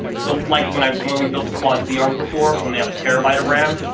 so like when i mean we built the quad xeons before when they have a terabyte of ram,